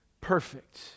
perfect